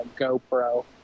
GoPro